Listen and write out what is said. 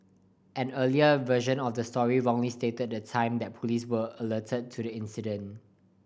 an earlier version of the story wrongly stated the time that police were alerted to the incident